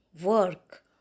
work